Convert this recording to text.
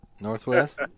Northwest